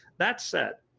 that said,